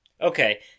Okay